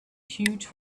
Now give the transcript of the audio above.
huge